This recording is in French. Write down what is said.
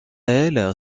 elle